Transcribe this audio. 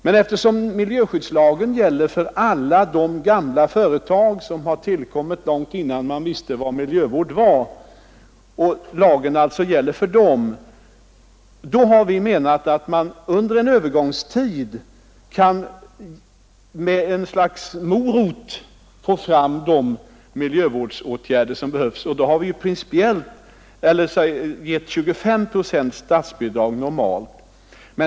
Men eftersom miljöskyddslagen gäller för alla de gamla företag som tillkommit långt innan man visste vad miljövård var, har vi menat att man under en övergångstid med statligt bidrag bör kunna få fram de miljövårdsåtgärder som behövs. Normalt ger vi i princip 25 procents statsbidrag.